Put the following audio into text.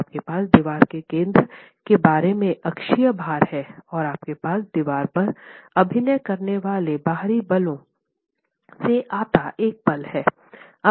आपके पास दीवार के केंद्र के बारे में अक्षीय भार है और आपके पास दीवार पर अभिनय करने वाले बाहरी बलों से आता एक पल है